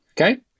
Okay